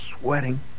sweating